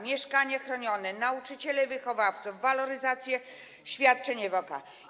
Mieszkanie chronione, nauczyciele wychowawcy, waloryzacje świadczeń EWK.